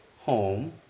home